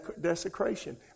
desecration